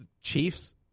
Chiefs